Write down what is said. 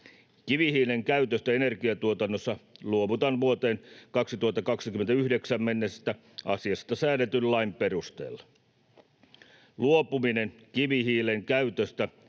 Kivihiilen käytöstä energiantuotannossa luovutaan vuoteen 2029 mennessä asiasta säädetyn lain perusteella. Luopuminen kivihiilen käytöstä